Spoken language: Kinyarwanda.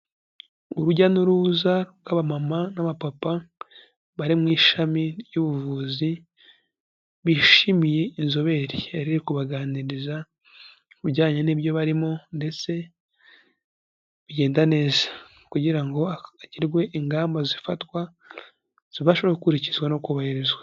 Urujya n'uruza rw'abamama n'abapapa, bari mu ishami ry'ubuvuzi, bishimiye inzobere yariri kubaganiriza, ku bijyanye n'ibyo barimo ndetse, bigenda neza. Kugira ngo hagirwe ingamba zifatwa, zibashe gukurikizwa no kubahirizwa.